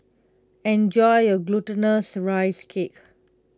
enjoy your Glutinous Rice Cake